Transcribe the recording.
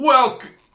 Welcome